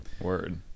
word